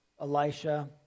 Elisha